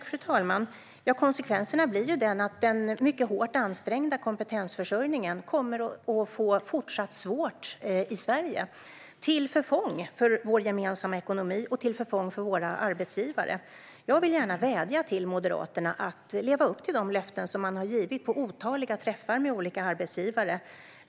Fru talman! Konsekvenserna blir ju att den mycket hårt ansträngda kompetensförsörjningen kommer att vara fortsatt svår i Sverige, till förfång för vår gemensamma ekonomi och till förfång för våra arbetsgivare. Jag vill gärna vädja till Moderaterna att leva upp till de löften man har gett på otaliga träffar med olika arbetsgivare.